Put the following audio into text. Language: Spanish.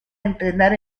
entrenar